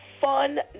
Fun